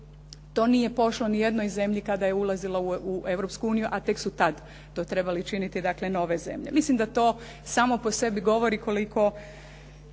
To nije pošlo ni jednoj zemlji kada je ulazila u Europsku uniju, a tek su tad to trebali činiti, dakle nove zemlje. Mislim da to samo po sebi govori koliko